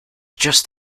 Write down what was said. just